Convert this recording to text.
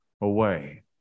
away